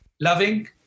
loving